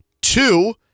Two